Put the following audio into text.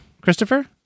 Christopher